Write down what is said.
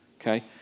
okay